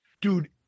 dude